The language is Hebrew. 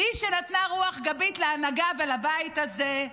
היא שנתנה רוח גבית להנהגה ולבית הזה.